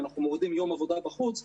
אנחנו מורידים יום עבודה בחוץ,